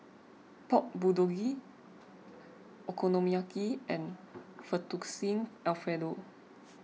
Pork Bulgogi Okonomiyaki and Fettuccine Alfredo